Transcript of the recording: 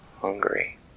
hungry